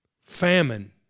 famine